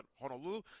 Honolulu